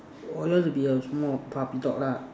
orh you want to be a small puppy dog lah